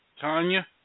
Tanya